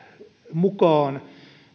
mukaan